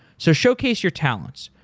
so, showcase your talents.